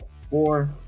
four